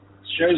shows